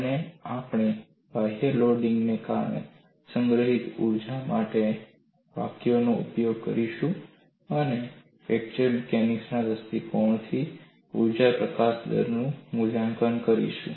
અને આપણે બાહ્ય લોડિંગને કારણે સંગ્રહિત ઊર્જા માટે વાકયનો ઉપયોગ કરીશું અને ફ્રેક્ચર મિકેનિક્સ ના દૃષ્ટિકોણથી ઊર્જા પ્રકાશન દરનું મૂલ્યાંકન કરીશું